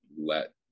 let